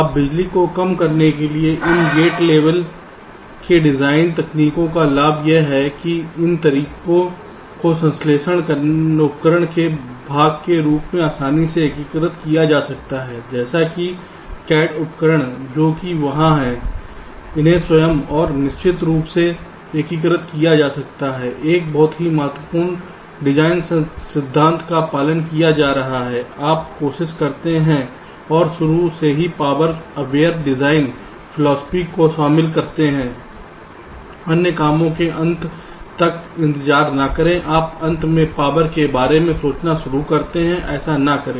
अब बिजली को कम करने के लिए इन गेट लेबल की डिजाइन तकनीकों का लाभ यह है कि इन तरीकों को संश्लेषण उपकरण के भाग के रूप में आसानी से एकीकृत किया जा सकता है जैसे कि CAD उपकरण जो कि वहां हैं इन्हें स्वयं और निश्चित रूप से एकीकृत किया जा सकता है एक बहुत महत्वपूर्ण डिजाइन सिद्धांत का पालन किया जा रहा है आप कोशिश करते हैं और शुरू से ही पावर अवेयर डिजाइन फिलॉसफी को शामिल करते हैं अन्य कामों के अंत तक का इंतजार ना करें आप अंत में पावर के बारे में सोचना शुरू करते हैं ऐसा ना करें